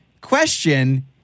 Question